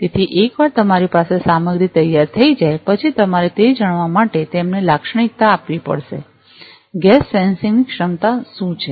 તેથી એકવાર તમારી પાસે સામગ્રી તૈયાર થઈ જાય પછી તમારે તે જાણવા માટે તેમને લાક્ષણિકતા આપવી પડશે ગેસ સેન્સિંગની ક્ષમતા શું છે